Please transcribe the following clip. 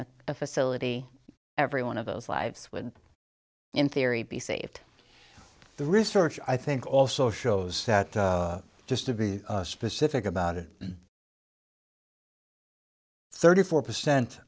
a facility every one of those lives would in theory be saved the research i think also shows that just to be specific about it thirty four percent